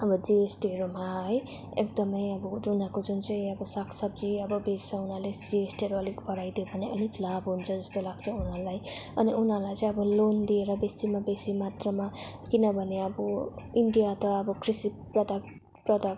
अब जिएसटीहरूमा है एकदमै अब उनीहरूको जुन चाहिँ अब सागसब्जी अब बेच्छ उनीहरूले जिएसटीहरू बढाइदियो भने अलिक लाभ हुन्छ जस्तो लाग्छ मलाई अनि उनीहरूलाई चाहिँ अब लोन दिएर बेसी न बेसी मात्रमा किनभने अब इन्डिया त अब कृषिप्रधान प्रधान